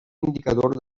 indicador